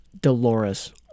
Dolores